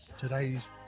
today's